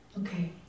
Okay